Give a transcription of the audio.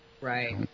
Right